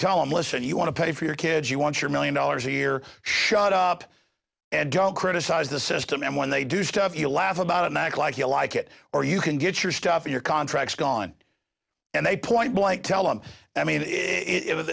tell him listen you want to pay for your kids you want your million dollars a year shut up and don't criticize the system and when they do stuff you laugh about and act like you like it or you can get your stuff in your contracts gone and they point blank tell him i mean it w